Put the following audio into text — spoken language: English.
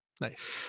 Nice